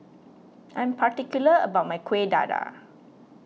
I'm particular about my Kueh Dadar